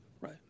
right